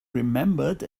remembered